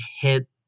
hit